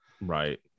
right